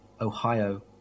Ohio